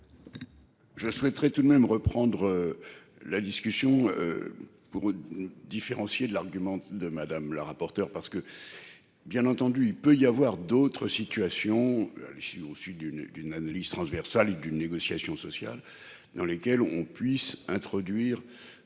Je souhaiterais tout de même reprendre la discussion. Pour. Différencier de l'argument de Madame la rapporteure parce que. Bien entendu, il peut y avoir d'autres situations à issue au sud d'une d'une analyse transversale d'une négociation sociale dans lesquels on puisse introduire.